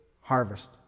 harvest